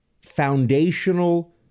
foundational